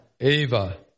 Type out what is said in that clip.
Eva